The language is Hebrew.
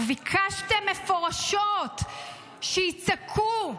וביקשתם מפורשות שיצעקו,